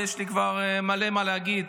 יש לי כבר מלא מה להגיד,